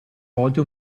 volte